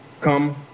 come